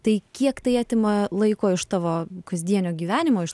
tai kiek tai atima laiko iš tavo kasdienio gyvenimo iš